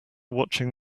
watching